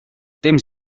temps